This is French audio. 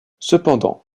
cependant